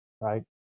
right